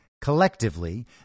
collectively